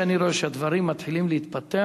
לדעתי, כפי שאני רואה שהדברים מתחילים להתפתח,